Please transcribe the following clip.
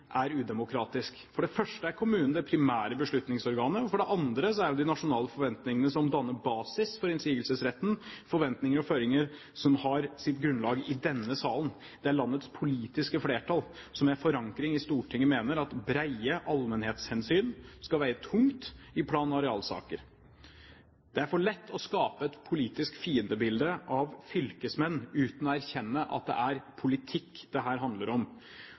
er udemokratisk. For det første er kommunen det primære beslutningsorganet. For det andre er det jo de nasjonale forventningene som danner basis for innsigelsesretten, forventninger og føringer som har sitt grunnlag i denne salen. Det er landets politiske flertall som, med forankring i Stortinget, mener at brede allmenhetshensyn skal veie tungt i plan- og arealsaker. Det er for lett å skape et politisk fiendebilde av fylkesmenn uten å erkjenne at det er politikk dette handler om.